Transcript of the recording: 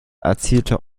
erzielte